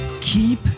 keep